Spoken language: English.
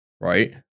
right